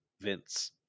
Vince